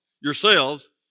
yourselves